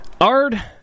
Ard